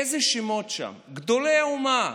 איזה שמות שם, גדולי האומה,